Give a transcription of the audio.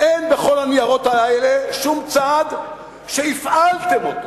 אין בכל הניירות האלה שום צעד שהפעלתם אותו,